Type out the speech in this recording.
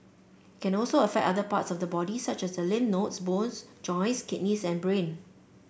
can also affect other parts of the body such as the lymph nodes bones joints kidneys and brain